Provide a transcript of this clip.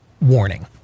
warning